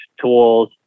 tools